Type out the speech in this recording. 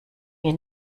mir